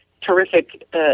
terrific